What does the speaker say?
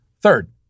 Third